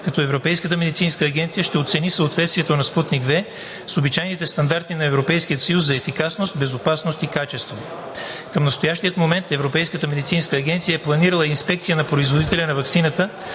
за употреба, като ЕМА ще оцени съответствието на „Спутник V“ с обичайните стандарти на Европейския съюз за ефикасност, безопасност и качество. Към настоящия момент Европейската медицинска агенция е планирала инспекция на производителя на ваксината